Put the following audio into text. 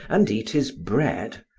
and eat his bread,